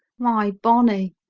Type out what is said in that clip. my bonnie,